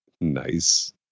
Nice